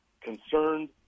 concerned